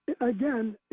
again